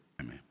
Amen